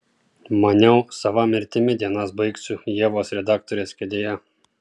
maniau sava mirtimi dienas baigsiu ievos redaktorės kėdėje